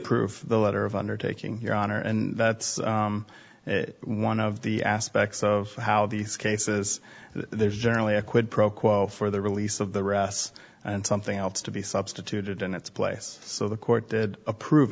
approve the letter of undertaking your honor and that's one of the aspects of how these cases there's generally a quid pro quo for the release of the rest and something else to be substituted in its place so the court did approve